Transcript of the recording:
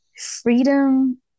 freedom